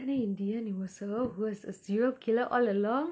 and then in the end it was her who was a serial killer all along